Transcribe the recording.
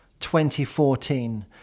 2014